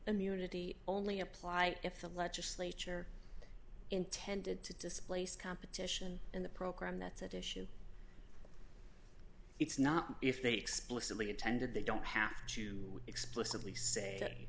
immunity only apply if the legislature intended to displace competition in the program that's at issue it's not if they explicitly intended they don't have to explicitly say